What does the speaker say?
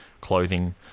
clothing